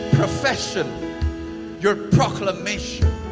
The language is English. profession your proclamation.